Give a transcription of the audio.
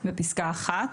בפסקה (1)